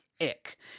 ick